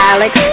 Alex